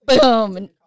Boom